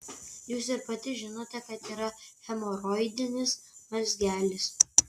jūs ir pati žinote kad yra hemoroidinis mazgelis